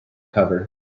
cover